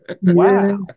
Wow